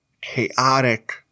chaotic